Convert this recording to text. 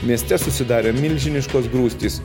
mieste susidarė milžiniškos grūstys